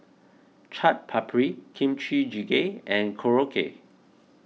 Chaat Papri Kimchi Jjigae and Korokke